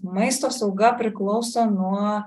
maisto sauga priklauso nuo